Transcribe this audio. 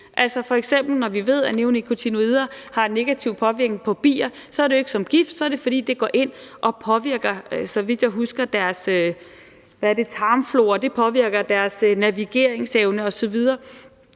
Når vi f.eks. ved, at neonikotinoider har negativ påvirkning på bier, er det ikke som gift, men så er det, fordi det går ind og påvirker deres tarmflora, så vidt jeg husker, og påvirker deres navigeringsevne osv.